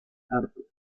arthur